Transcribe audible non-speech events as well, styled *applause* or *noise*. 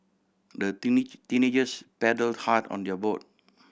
the *unintelligible* teenagers paddled hard on their boat